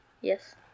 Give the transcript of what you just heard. Yes